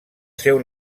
seu